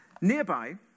Nearby